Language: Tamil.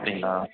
அப்படிங்களா